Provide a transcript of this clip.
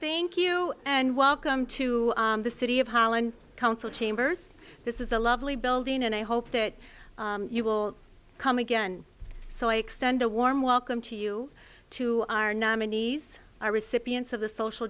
thank you and welcome to the city of holland council chambers this is a lovely building and i hope that you will come again so i extend a warm welcome to you to our nominees are recipients of the social